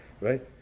Right